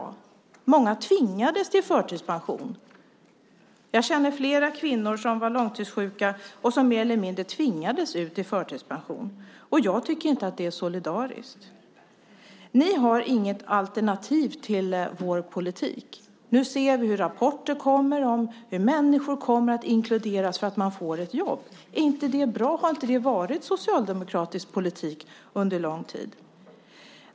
Många tvingades till förtidspension. Jag känner flera kvinnor som var långtidssjuka och som mer eller mindre tvingades ut i förtidspension. Och jag tycker inte att det är solidariskt. Ni har inget alternativ till vår politik. Nu ser vi hur rapporter kommer om hur människor kommer att inkluderas därför att de får ett jobb. Är inte det bra? Har det inte varit socialdemokratisk politik under lång tid?